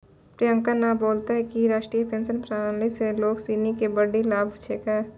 प्रियंका न बतेलकै कि राष्ट्रीय पेंशन प्रणाली स लोग सिनी के बड्डी लाभ छेकै